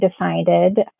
decided